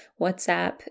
WhatsApp